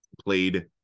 played